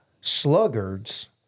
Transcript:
Sluggards